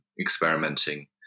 experimenting